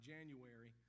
January